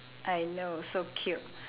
I know so cute